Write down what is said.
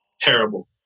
Terrible